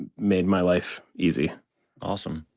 made my life easy awesome